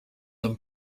them